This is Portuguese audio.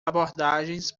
abordagens